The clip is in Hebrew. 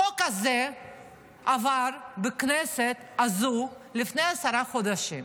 החוק הזה עבר בכנסת הזו לפני עשרה חודשים